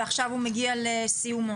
ועכשיו הוא מגיע לסיומו.